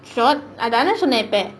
SWOT அதானே சொன்னேன் இப்ப:athaanae sonnaen ippa